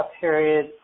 period